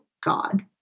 God